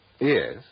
yes